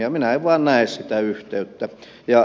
minä en vain näe sitä yhteyttä